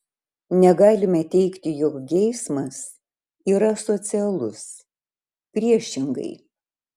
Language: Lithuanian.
negalime teigti jog geismas yra asocialus priešingai